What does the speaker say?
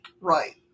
Right